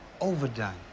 overdone